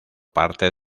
parte